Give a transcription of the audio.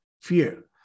fear